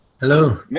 Hello